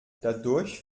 dadurch